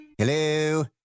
Hello